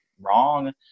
wrong